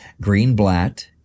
Greenblatt